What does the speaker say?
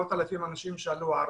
של מאות אלפי אנשים שעלו ארצה.